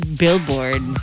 billboard